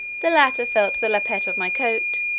the latter felt the lappet of my coat,